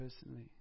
personally